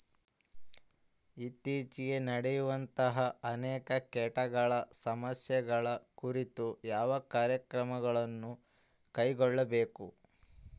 ಇತ್ತೇಚಿಗೆ ನಡೆಯುವಂತಹ ಅನೇಕ ಕೇಟಗಳ ಸಮಸ್ಯೆಗಳ ಕುರಿತು ಯಾವ ಕ್ರಮಗಳನ್ನು ಕೈಗೊಳ್ಳಬೇಕು?